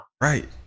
Right